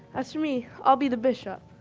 as for me, i'll be the bishop.